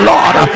Lord